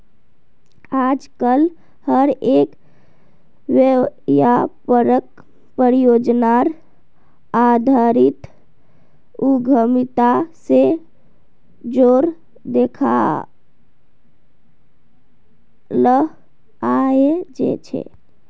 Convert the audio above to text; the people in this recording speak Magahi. आजकल हर एक व्यापारक परियोजनार आधारित उद्यमिता से जोडे देखाल जाये छे